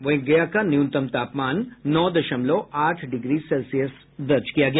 वहीं गया का न्यूनतम तापमान नौ दशमलव आठ डिग्री सेल्सियस दर्ज किया गया